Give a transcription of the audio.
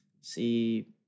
si